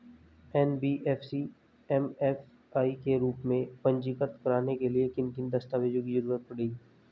NBFC MFI के रूप में पंजीकृत कराने के लिए किन किन दस्तावेजों की जरूरत पड़ेगी?